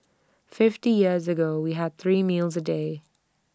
fifty years ago we had three meals A day